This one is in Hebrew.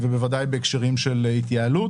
ובוודאי בהקשרים של התייעלות.